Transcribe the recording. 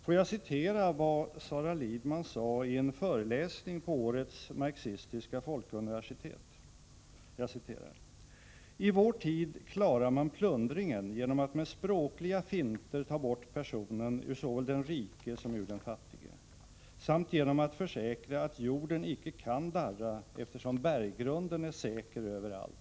Jag vill citera vad Sara Lidman sade i en föreläsning vid årets marxistiska folkuniversitet: ”T vår tid klarar man plundringen genom att med språkliga finter ta bort personen ur såväl den rike som ur den fattige samt att genom att försäkra att jorden icke kan darra eftersom berggrunden är säker överallt .